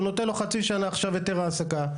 הוא נותן לו חצי שנה עכשיו היתר העסקה.